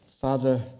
Father